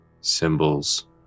symbols